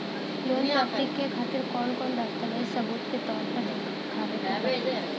Loan प्राप्ति के खातिर कौन कौन दस्तावेज सबूत के तौर पर देखावे परी?